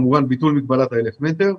ביטול מגבלת ה-1,000 מטרים,